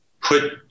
put